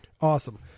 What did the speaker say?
Awesome